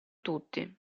tutti